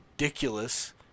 ridiculous